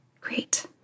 Great